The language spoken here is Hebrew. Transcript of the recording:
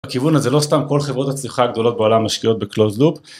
הכיוון הזה לא סתם כל חברות הצמיחה הגדולות בעולם המשקיעות ב-Closed Loop